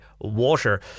water